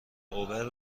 اوبر